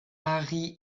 harry